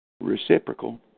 Reciprocal